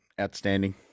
Outstanding